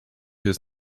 jest